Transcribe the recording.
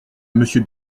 monsieur